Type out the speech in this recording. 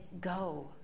go